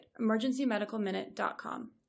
emergencymedicalminute.com